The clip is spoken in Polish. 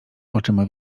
oczyma